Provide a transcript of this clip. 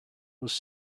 was